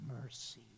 mercy